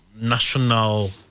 national